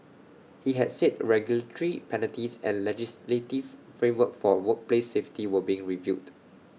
he had said regulatory penalties and legislative framework for workplace safety were being reviewed